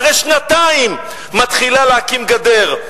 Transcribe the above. אחרי שנתיים מתחילה להקים גדר.